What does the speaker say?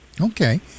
Okay